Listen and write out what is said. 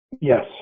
Yes